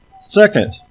Second